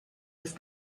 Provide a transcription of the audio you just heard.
with